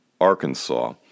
Arkansas